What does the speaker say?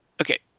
Okay